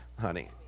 honey